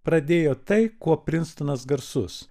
pradėjo tai kuo prinstonas garsus